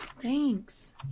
Thanks